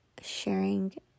sharing